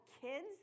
kids